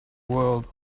world